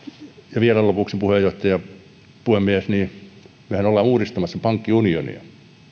vielä lopuksi puhemies mehän olemme uudistamassa pankkiunionia